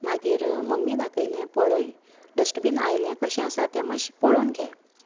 मागीर मम्मी दाखयलें पळय डस्टबीन आसलें कशें आसा तें मातशें पळोवन घे